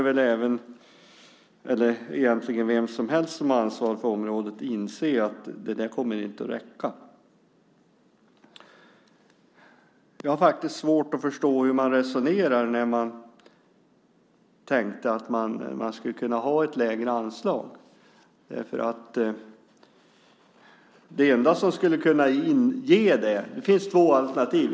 Vem som helst med ansvar för området borde väl insett att det inte skulle räcka. Jag har svårt att förstå hur man resonerade när man ansåg att man kunde ha ett lägre anslag. Det finns två alternativ.